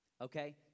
Okay